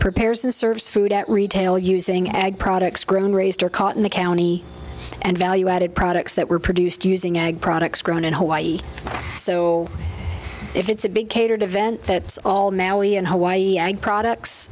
prepares and serves food at retail using ag products grown raised or caught in the county and value added products that were produced using ag products grown in hawaii so if it's a big catered event that's all maui in hawaii and products